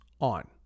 on